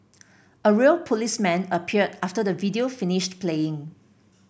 a real policeman appeared after the video finished playing